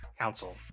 council